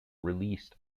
released